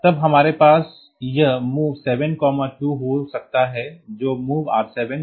तब हमारे पास यह MOV 72 हो सकता है जो MOV R7R6 के बराबर है